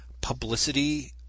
publicity